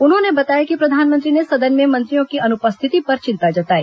उन्होंने बताया कि प्रधानमंत्री ने सदन में मंत्रियों की अनुपस्थिति पर चिन्ता जताई